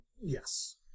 Yes